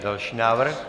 Další návrh.